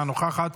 אינה נוכחת,